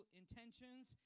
intentions